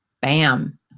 Bam